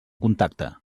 contacte